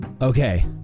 Okay